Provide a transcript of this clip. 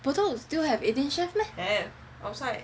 Bedok still have eighteen chefs meh